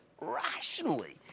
rationally